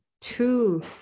two